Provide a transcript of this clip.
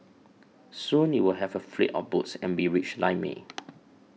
soon you'd have a fleet of boats and be rich like me